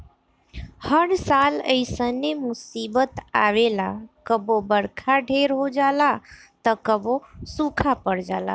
हर साल ऐइसने मुसीबत आवेला कबो बरखा ढेर हो जाला त कबो सूखा पड़ जाला